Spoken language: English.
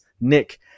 Nick